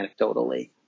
anecdotally